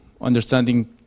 Understanding